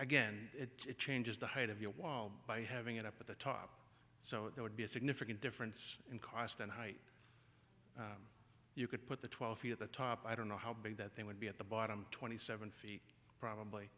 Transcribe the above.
again it changes the height of your wall by having it up at the top so it would be a significant difference in cost and height you could put the twelve feet at the top i don't know how big that they would be at the bottom twenty seven feet probably